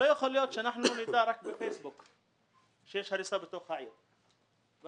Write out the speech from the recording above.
לא יכול להיות שנדע על כך שיש הריסה בעיר רק